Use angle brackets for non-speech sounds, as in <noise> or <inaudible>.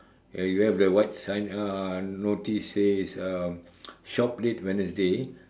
ya you have the white sign uh notice says uh <noise> shop late Wednesday